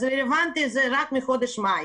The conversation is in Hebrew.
אז הרלוונטי הוא רק מחודש מאי.